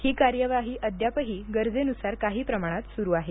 ही कार्यवाही अद्यापही गरजेनुसार काही प्रमाणात सुरू आहे